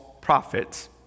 prophets